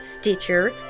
stitcher